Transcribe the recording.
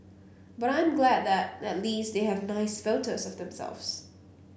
but I'm glad that at least they have nice photos of themselves